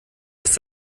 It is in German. ist